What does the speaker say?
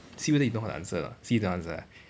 see whether you know how to answer or not see know to answer